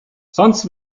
sonst